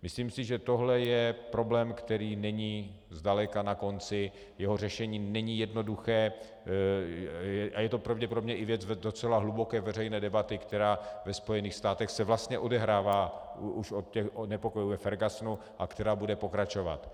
Myslím si, že tohle je problém, který není zdaleka na konci, jeho řešení není jednoduché a je to pravděpodobně i věc docela hluboké veřejné debaty, která ve Spojených státech se vlastně odehrává už od nepokojů ve Fergusonu a která bude pokračovat.